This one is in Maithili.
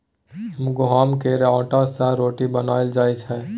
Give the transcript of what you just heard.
गहुँम केर आँटा सँ रोटी बनाएल जाइ छै